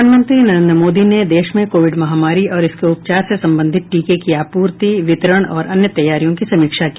प्रधानमंत्री नरेन्द्र मोदी ने देश में कोविड महामारी और इसके उपचार से सम्बंधित टीके की आपूर्ति वितरण और अन्य तैयारियों की समीक्षा की